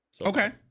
okay